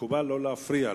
מקובל לא להפריע לו.